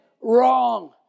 wrong